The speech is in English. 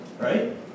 right